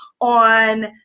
on